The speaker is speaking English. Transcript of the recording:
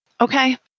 Okay